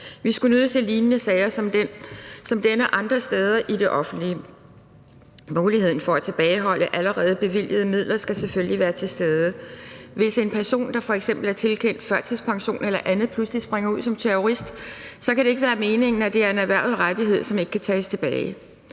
Vi skulle nødig se lignende sager andre steder i det offentlige. Muligheden for at tilbageholde allerede bevilgede midler skal selvfølgelig være til stede. Hvis en person, der f.eks. er tilkendt førtidspension eller andet, pludselig springer ud som terrorist, kan det ikke være meningen, at det er en erhvervet rettighed, som ikke kan tages tilbage.